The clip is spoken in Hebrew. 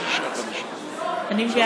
אני מביאה את הנוסח,